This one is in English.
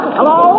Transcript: Hello